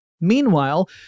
Meanwhile